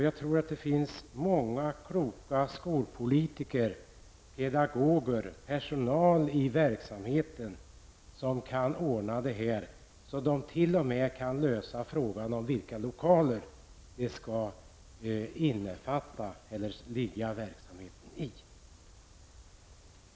Jag tror att det finns många kloka skolpolitiker, pedagoger och personal i verksamheten som kan ordna det här, att de t.o.m. kan lösa frågan, i vilka lokaler verksamheten skall bedrivas.